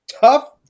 Tough